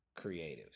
creatives